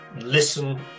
listen